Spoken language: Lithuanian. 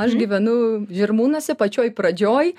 aš gyvenu žirmūnuose pačioj pradžioj